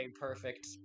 perfect